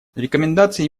рекомендации